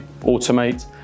automate